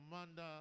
commander